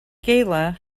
gala